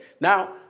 Now